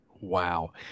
Wow